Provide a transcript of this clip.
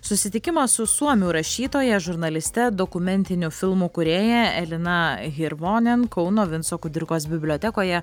susitikimą su suomių rašytoja žurnaliste dokumentinių filmų kūrėja elina hirvonen kauno vinco kudirkos bibliotekoje